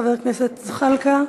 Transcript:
חבר הכנסת זחאלקה,